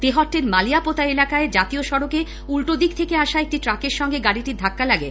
তেহট্টের মালিয়াপোতা এলাকায় জাতীয় সড়কে উল্টোদিক থেকে আসা একটি ট্রাকের সঙ্গে গাড়িটির ধাক্কা লাগে